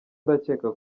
ndakeka